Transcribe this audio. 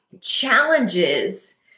challenges